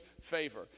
favor